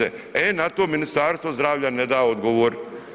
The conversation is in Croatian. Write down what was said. E na to Ministarstvo zdravlja ne da odgovor.